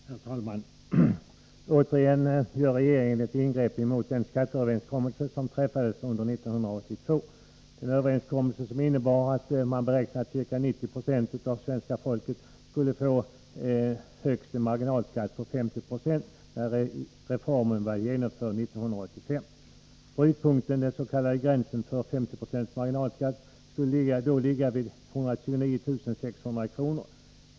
Herr talman! Återigen gör regeringen ett ingrepp i den skatteöverenskommelse som träffades under 1982, en överenskommelse som innebar att man beräknade att ca 90 26 av svenska folket skulle få en marginalskatt på högst 50 96 när reformen var genomförd 1985. brytpunkten, dvs. gränsen för 50 70 marginalskatt, skulle då ligga vid 129 600 kr.